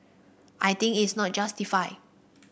I think is not justified